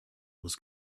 was